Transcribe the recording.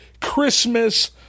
Christmas